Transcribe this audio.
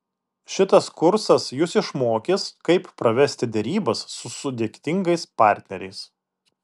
šitas kursas jus išmokys kaip pravesti derybas su sudėtingais partneriais